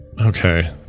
Okay